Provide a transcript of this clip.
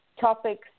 topics